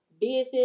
business